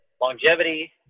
longevity